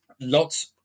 Lots